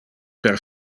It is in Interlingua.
per